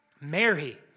Mary